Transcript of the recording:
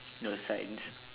no science